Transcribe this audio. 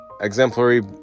Exemplary